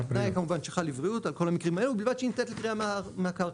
והתנאי הוא כמובן שחל על כל המקרים האלו בלבד שהיא ניתנת לקריאה מהקרקע,